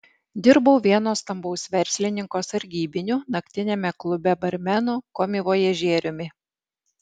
dirbau vieno stambaus verslininko sargybiniu naktiniame klube barmenu komivojažieriumi